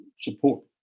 support